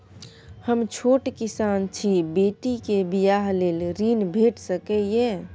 हम छोट किसान छी, बेटी के बियाह लेल ऋण भेट सकै ये?